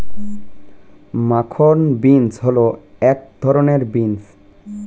মাখন বিন্স হল এক ধরনের বিন্স